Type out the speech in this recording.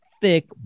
thick